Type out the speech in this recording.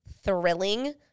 thrilling